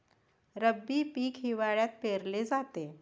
रब्बी पीक हिवाळ्यात पेरले जाते